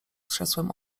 krzesłem